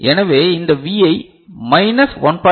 எனவே இந்த Vi minus 1